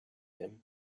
him